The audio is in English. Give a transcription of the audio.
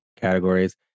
categories